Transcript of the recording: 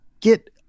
get